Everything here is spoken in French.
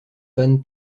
fans